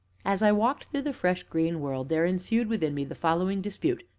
as i walked through the fresh, green world there ensued within me the following dispute,